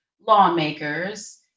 lawmakers